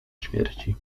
śmierci